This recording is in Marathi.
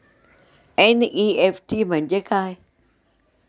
एन.इ.एफ.टी म्हणजे काय?